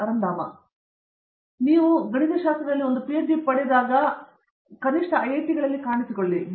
ಅರಂದಾಮ ಸಿಂಗ್ ನೀವು ಗಣಿತಶಾಸ್ತ್ರದಲ್ಲಿ ಒಂದು ಪಿಎಚ್ಡಿ ಪಡೆದಾಗ ಕನಿಷ್ಟ ಐಐಟಿಗಳಲ್ಲಿ ಕಾಣಿಸಿಕೊಳ್ಳಿ ಬಿ